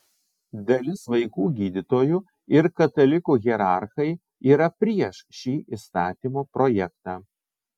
dalis vaikų gydytojų ir katalikų hierarchai yra prieš šį įstatymo projektą